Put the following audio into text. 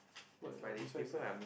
what uh besides that